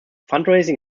fundraising